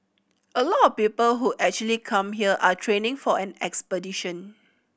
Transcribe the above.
a lot of people who actually come here are training for an expedition